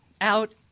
out